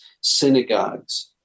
synagogues